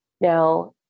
Now